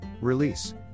Release